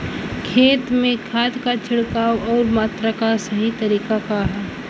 खेत में खाद क छिड़काव अउर मात्रा क सही तरीका का ह?